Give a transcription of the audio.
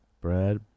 Brad